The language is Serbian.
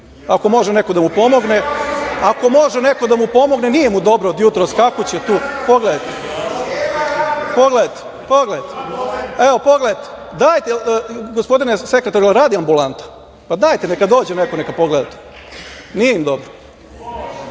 Ako može neko da mu pomogne, nije mu dobro od jutros, skakuće tu. Pogledajte. Evo, pogledajte. Dajte, gospodine sekretaru, jel radi ambulanta? Dajte, neka dođe neko neka pogleda to. Nije im dobro. Evo,